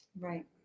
Right